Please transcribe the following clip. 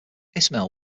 ismail